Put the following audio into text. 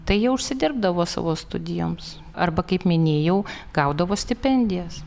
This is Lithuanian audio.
tai jie užsidirbdavo savo studijoms arba kaip minėjau gaudavo stipendijas